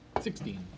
sixteen